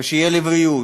ושיהיה לבריאות.